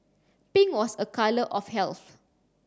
pink was a colour of health